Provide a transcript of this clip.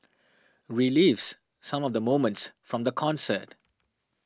relives some of the moments from the concert